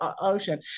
ocean